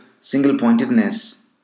single-pointedness